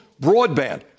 broadband